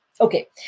Okay